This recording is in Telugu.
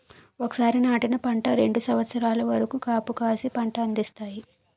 ఒకసారి నాటిన పంట రెండు సంవత్సరాల వరకు కాపుకాసి పంట అందిస్తాయి